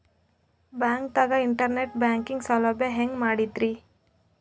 ಬ್ಯಾಂಕ್ದಾಗ internet banking ಸೌಲಭ್ಯ ಹೆಂಗ್ ಪಡಿಯದ್ರಿ?